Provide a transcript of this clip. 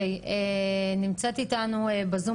נמצאת איתנו לימור,